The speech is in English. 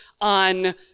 on